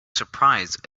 surprised